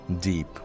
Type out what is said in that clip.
deep